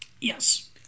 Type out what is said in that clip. Yes